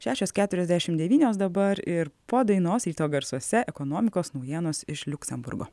šešios keturiasdešim devynios dabar ir po dainos ryto garsuose ekonomikos naujienos iš liuksemburgo